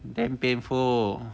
then painful